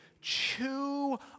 chew